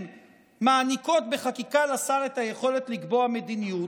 מעניקות בחקיקה לשר את היכולת לקבוע מדיניות,